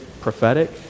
prophetic